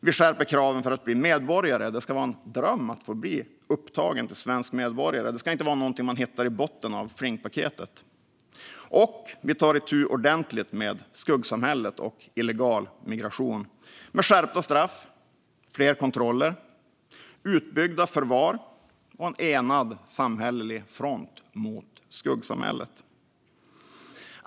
Vi skärper kraven för att bli medborgare - det ska vara en dröm att bli upptagen som svensk medborgare och inte någonting man hittar i botten av flingpaketet. Vi tar också ordentligt itu med skuggsamhället och illegal migration genom skärpta straff, fler kontroller, utbyggda förvar och en enad samhällelig front mot skuggsamhället.